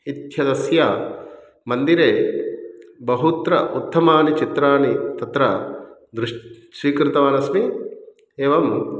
इत्यस्य मन्दिरे बहुत्र उत्तमानि चित्राणि तत्र दृष्टं स्वीकृतवानस्मि एवं